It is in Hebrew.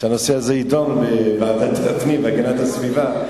שהנושא הזה יידון בוועדת הפנים והגנת הסביבה,